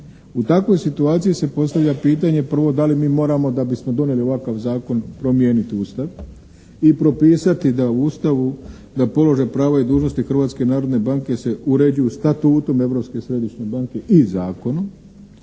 U takvoj situaciji se postavlja pitanje prvo da li mi moramo da bismo donijeli ovakav zakon promijeniti Ustav i propisati da u Ustavu, da položaj, prava i dužnosti Hrvatske narodne banke se uređuju Statutom Europske središnje banke i zakonom.